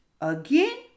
Again